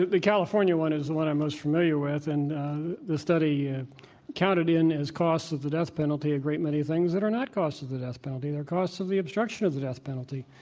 the california one is the one i'm most familiar with, and the study yeah counted in as costs of the death penalty a great many things that are not costs of the deathpenalty. they're costs of the obstruction of the death penalty.